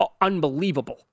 Unbelievable